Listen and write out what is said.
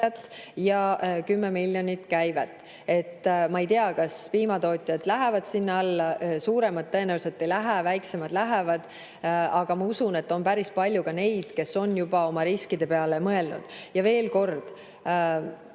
ja 10 miljonit [eurot] käivet. Ma ei tea, kas piimatootjad lähevad sinna alla. Suuremad tõenäoliselt ei lähe, väiksemad lähevad. Aga ma usun, et on päris palju ka neid, kes on juba oma riskide peale mõelnud. Veel kord: